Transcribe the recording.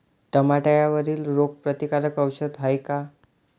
टमाट्यावरील रोग प्रतीकारक औषध हाये का?